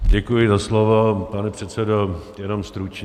Děkuji za slovo, pane předsedo, jenom stručně.